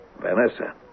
Vanessa